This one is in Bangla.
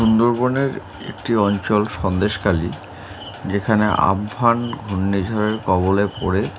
সুন্দরবনের একটি অঞ্চল সন্দেশখালি যেখানে আম্পান ঘূর্ণিঝড়ের কবলে পড়ে